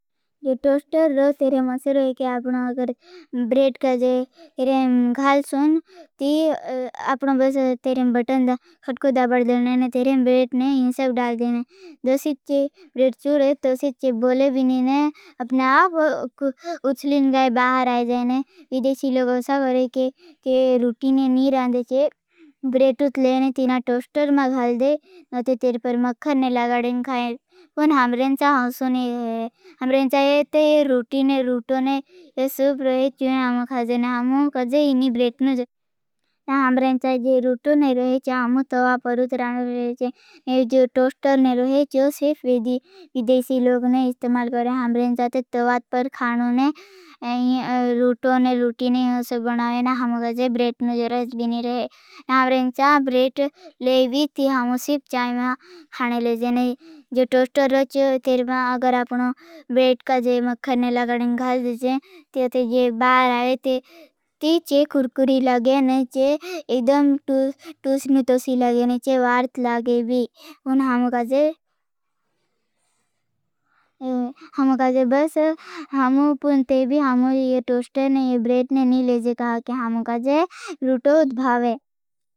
जो टोस्टर रो तेरें मसर होई। कि आपना अगर ब्रेट का जाये। तेरें घाल सोन ती। आपना बस तेरें बटन खटको दाबड़ देने ने तेरें ब्रेट ने इन सब डाल जेने। दोसित के ब्रेट चुड़े दोसित के बोले भीने ने अपना आप उठलेन गाए। बाहर आये जाये ने विदेशी लोग होसा करें। के रूटी ने नी रांदेचे ब्रेट उठले। ने तीना टोस्टर मा घाल दे नो ते तेरी पर मक्खर ने लगाडेन खायें। अपना उठलेन गाए जाये। ने विदेशी लोग होसा करें के रूटी ने नी रांदेचे। ब्रेट उठले ने नी रांदेचे। दोसित के बोले भीने ने अपना उठलेन गाए जाये ने। देशी लोग होसा करें। के रूटी ने नी रांदेचे ब्रेट उठले ने नी रहे। नहीं हमरें चान ब्रेट ले भी ती। हमो सिर्फ चाय में खाने ले जेने जो टोस्टर रहा। चीज तेरे मां अगर आपनो ब्रेट का जी मकहर ने लगड़ीं घाज़ जें। तीते जी बाहर आये। ती जी खूरखूरी लगे ने जी एकदम तूस्ट्र नुतोसी हमकाजे। बस हमों पुन ते भी हमों ये टोस्टर ने ये ब्रेट ने नहीं लेजे। कहा कि हमकाजे रुटोद भावे।